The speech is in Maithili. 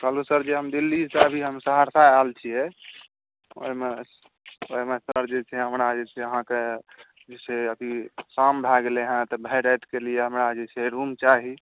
कहलियै सर जे हम दिल्लीसँ अभी हम सहरसा आयल छीयै ओहिमे सर हमरा जे छै अहाँके से अभी शाम भै गेलयै हँ तऽ भरि रातिके लिय हमरा जे छै चाही रूम चाही